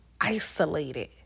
isolated